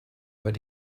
but